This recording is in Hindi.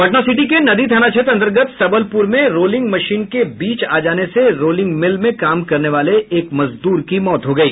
पटना सिटी के नदी थाना क्षेत्र अंतर्गत सबलपुर में रोलिंग मशीन के बीच आ जाने से रोलिंग मिल में काम करने वाले एक मजदूर की मौत हो गयी